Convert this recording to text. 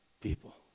people